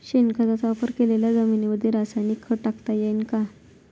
शेणखताचा वापर केलेल्या जमीनीमंदी रासायनिक खत टाकता येईन का?